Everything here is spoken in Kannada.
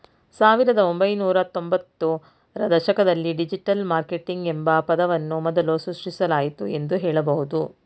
ಸಾವಿರದ ಒಂಬೈನೂರ ತ್ತೊಂಭತ್ತು ರ ದಶಕದಲ್ಲಿ ಡಿಜಿಟಲ್ ಮಾರ್ಕೆಟಿಂಗ್ ಎಂಬ ಪದವನ್ನು ಮೊದಲು ಸೃಷ್ಟಿಸಲಾಯಿತು ಎಂದು ಹೇಳಬಹುದು